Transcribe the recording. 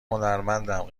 هنرمندم